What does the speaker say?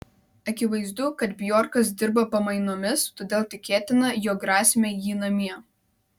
akivaizdu kad bjorkas dirba pamainomis todėl tikėtina jog rasime jį namie